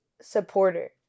supporter